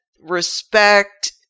respect